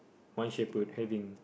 one shepherd having